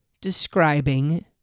describing